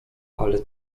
ale